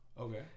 Okay